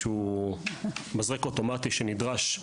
שזה מזרק אוטומטי שנדרש,